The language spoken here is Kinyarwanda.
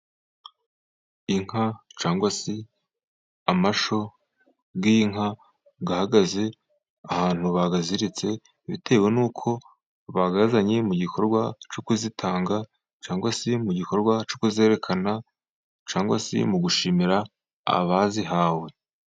Inka cyangwa se amashyo y'inka ahagaze ahantu bayaziritse, bitewe n'uko bayazanye mu gikorwa cyo kuzitanga, cyangwa se mu gikorwa cyo kuzerekana, cyangwa se mu gushimira abazihawe.